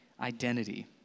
identity